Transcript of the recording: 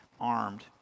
armed